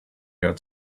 had